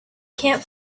can’t